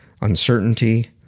uncertainty